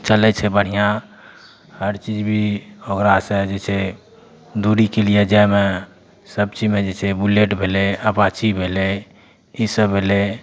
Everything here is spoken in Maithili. चलै छै बढ़िआँ हर चीज भी ओकरासे जे छै दूरीके लिए जाइमे सबचीजमे जे छै बुलेट भेलै अपाची भेलै ईसब भेलै